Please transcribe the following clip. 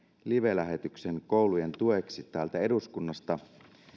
koulujen tueksi livelähetyksen täältä eduskunnasta